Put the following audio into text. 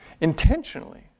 intentionally